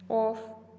off